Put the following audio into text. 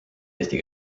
eesti